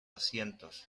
asientos